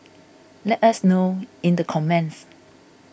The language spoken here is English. let us know in the comments